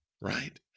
right